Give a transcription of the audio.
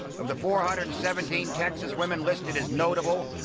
of the four hundred and seventeen texas women listed as notable,